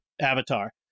avatar